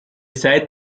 seid